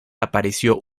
apareció